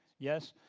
yes.